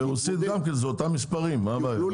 הרוסית גם כן, זה אותם מספרים, מה הבעיה?